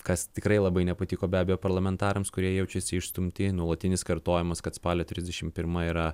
kas tikrai labai nepatiko be abejo parlamentarams kurie jaučiasi išstumti nuolatinis kartojimas kad spalio trisdešim pirma yra